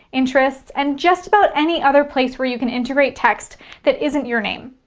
interests, and just about any other place where you can integrate text that isn't your name.